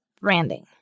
branding